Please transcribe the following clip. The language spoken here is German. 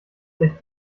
sich